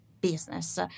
business